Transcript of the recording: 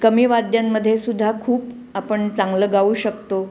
कमी वाद्यांमध्ये सुद्धा खूप आपण चांगलं गाऊ शकतो